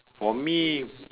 for me